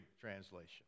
Translation